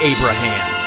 Abraham